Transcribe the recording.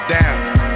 down